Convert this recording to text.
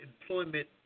Employment